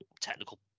technical